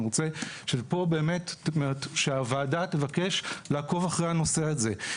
אני רוצה שהוועדה תבקש לעקוב אחרי הנושא הזה.